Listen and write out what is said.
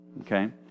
Okay